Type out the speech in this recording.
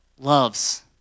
loves